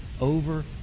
over